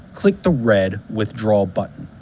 click the red withdraw button.